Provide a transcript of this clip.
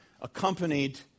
accompanied